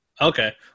Okay